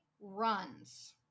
runs